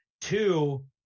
Two